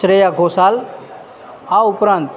શ્રેયા ઘોષાલ આ ઉપરાંત